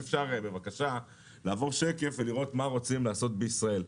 אם אפשר בבקשה לעבור שקף ולראות מה רוצים לעשות בישראל.